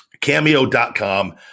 Cameo.com